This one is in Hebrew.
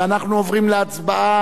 ואנחנו עוברים להצבעה.